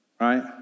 right